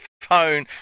phone